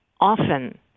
often